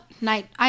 night